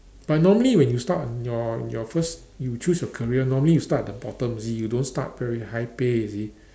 but normally when you start on your on your first you choose your career normally you start at the bottom you see you don't start very high pay you see